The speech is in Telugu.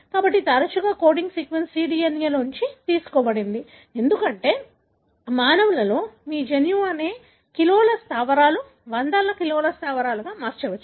కాబట్టి తరచుగా కోడింగ్ సీక్వెన్స్ cDNA నుండి తీసుకోబడింది ఎందుకంటే మానవులలో మీ జన్యువు అనేక కిలోల స్థావరాలు వందల కిలోల స్థావరాలుగా మారవచ్చు